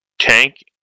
tank